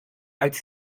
als